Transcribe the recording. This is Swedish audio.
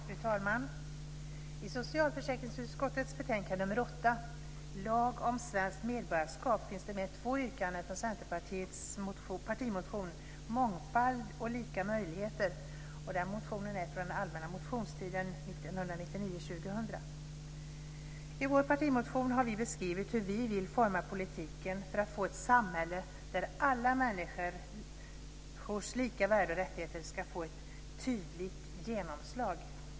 Fru talman! I socialförsäkringsutskottets betänkande nr 8, Lag om svenskt medborgarskap, finns det med två yrkanden från Centerpartiets partimotion Mångfald och lika möjligheter. Den motionen är från allmänna motionstiden 1999/2000. I vår partimotion har vi beskrivit hur vi vill forma politiken för att få ett samhälle där alla människors lika värde och rättigheter ska få ett tydligt genomslag.